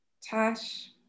Tash